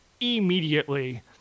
immediately